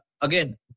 again